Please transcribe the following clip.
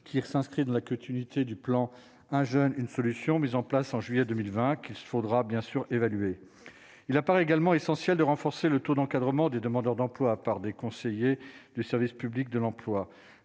qui s'inscrit dans la côte unité du plan, un jeune une solution mise en place en juillet 2020, qu'il faudra bien sûr évaluer, il apparaît également essentiel de renforcer le taux d'encadrement des demandeurs d'emploi par des conseillers du service public de l'emploi,